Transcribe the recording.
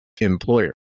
employer